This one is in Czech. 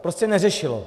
Prostě neřešilo.